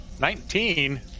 Nineteen